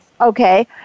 Okay